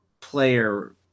player